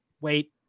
wait